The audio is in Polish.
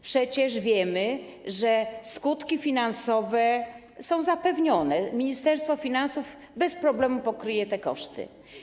Przecież wiemy, że skutki finansowe są zapewnione, Ministerstwo Finansów bez problemu pokryje te koszty.